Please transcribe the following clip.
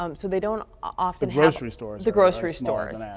um so they don't often grocery stores. the grocery stores.